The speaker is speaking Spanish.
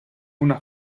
una